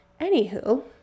anywho